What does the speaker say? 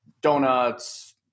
donuts